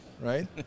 right